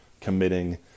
Committing